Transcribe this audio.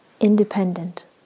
independent